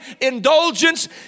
indulgence